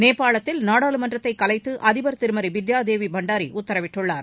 நேபாளத்தில் நாடாளுமன்றத்தை கலைத்து அதிபர் திருமதி பித்யாதேவி பண்டாரி உத்தரவிட்டுள்ளார்